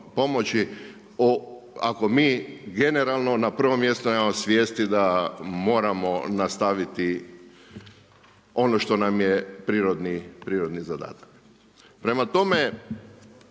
ako mi generalno na prvom mjestu nemamo svijesti moramo nastaviti ono što nam je prirodni zadatak. Prema tome,